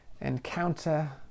encounter